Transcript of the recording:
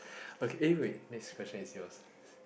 okay eh wait next question is yours